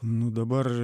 nu dabar